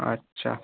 আচ্ছা